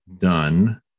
done